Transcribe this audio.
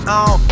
on